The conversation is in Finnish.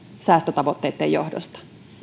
säästötavoitteiden johdosta